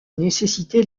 nécessité